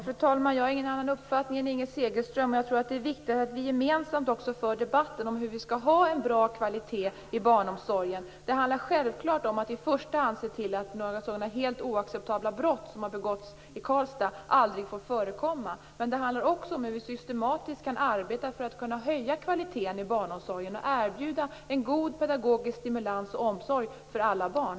Fru talman! Jag har ingen annan uppfattning än Inger Segelström. Det är viktigt att vi gemensamt för debatt om hur vi skall få en bra kvalitet i barnomsorgen. Det handlar självfallet om att vi i första hand skall se till att sådana helt oacceptabla brott som har begåtts i Karlstad aldrig får förekomma. Men det handlar också om hur vi systematiskt kan arbeta för att kunna höja kvaliteten i barnomsorgen och erbjuda en god pedagogisk stimulans och omsorg för alla barn.